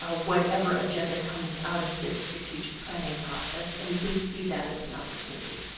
ah whatever agenda comes out of this strategic planning process. and we see that as an opportunity.